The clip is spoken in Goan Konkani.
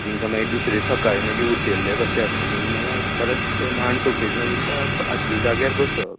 तिकां मागीर दुसरे सकाळी मागीर उटयल्ले कशे आसता तिंका मागीर परत मागीर मांड सोंपयतना तेंकां आशिल्ल्या जाग्यार बसोवप